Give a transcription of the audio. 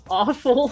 awful